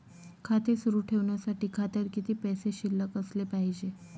खाते सुरु ठेवण्यासाठी खात्यात किती पैसे शिल्लक असले पाहिजे?